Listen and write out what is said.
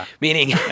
meaning